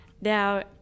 Now